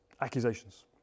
accusations